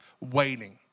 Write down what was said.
waiting